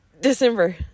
December